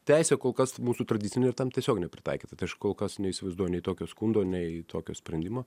teisė kol kas mūsų tradicinė yra tam tiesiog nepritaikyta tad aš kol kas neįsivaizduoju nei tokio skundo nei tokio sprendimo